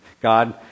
God